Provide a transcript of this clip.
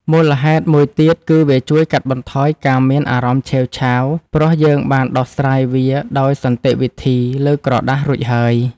មូលហេតុមួយទៀតគឺវាជួយកាត់បន្ថយការមានអារម្មណ៍ឆេវឆាវ ព្រោះយើងបានដោះស្រាយវាដោយសន្តិវិធីលើក្រដាសរួចហើយ។